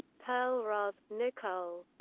perlroth, nicole.